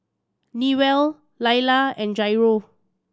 Newell Lailah and Jairo